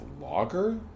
Lager